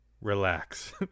Relax